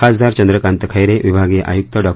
खासदार चंद्रकांत खेरे विभागीय आयुक्त डॉ